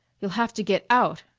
you'll have to get out!